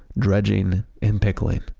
dredging in pickling.